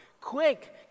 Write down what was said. Quick